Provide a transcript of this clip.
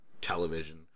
television